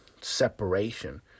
separation